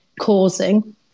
causing